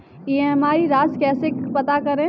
EMI राशि कैसे पता करें?